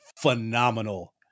phenomenal